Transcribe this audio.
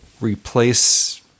replace